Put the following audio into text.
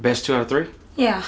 best two or three yeah